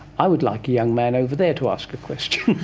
i would like a young man over there to ask a question.